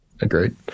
Agreed